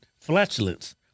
flatulence